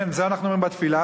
כן, את זה אנחנו אומרים בתפילה.